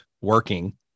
working